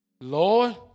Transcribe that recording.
Lord